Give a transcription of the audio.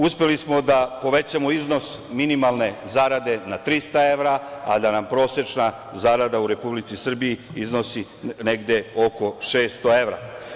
Uspeli smo da povećamo iznos minimalne zarade na 300 evra, a da nam prosečna zarada u Republici Srbiji iznosi negde oko 600 evra.